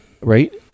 Right